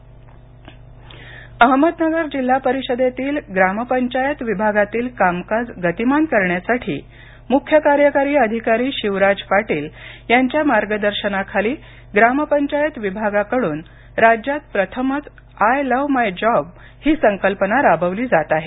अहमदनगर अहमदनगर जिल्हा परिषदेतील ग्रामपंचायत विभागातील कामकाज गतिमान करण्यासाठी मुख्य कार्यकारी अधिकारी शिवराज पाटील यांच्या मार्गदर्शनाखाली ग्रामपंचायत विभागाकडून राज्यात प्रथमच आय लव्ह माय जॉब ही संकल्पना राबवली जात आहे